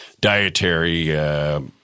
dietary